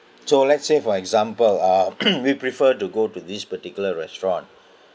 so let's say for example uh we prefer to go to this particular restaurant